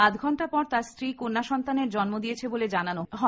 আধঘন্টা পর তার স্ত্রী কন্যাসন্তানের জন্ম দিয়েছে বলে জানানো হয়